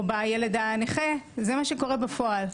או בילד הנכה, זה מה שקורה בפועל.